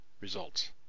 results